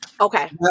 Okay